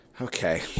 Okay